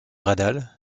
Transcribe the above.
radal